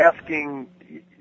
asking